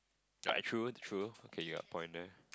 ugh true true okay you've a point there